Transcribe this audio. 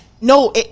No